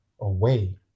away